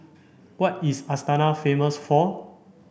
what is Astana famous for